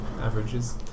averages